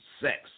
Sex